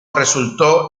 resultó